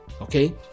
okay